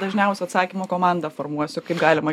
dažniausių atsakymų komandą formuosiu kaip galima